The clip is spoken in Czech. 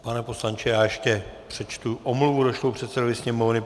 Pane poslanče, ještě přečtu omluvu došlou předsedovi Sněmovny.